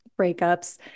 breakups